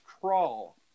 Crawl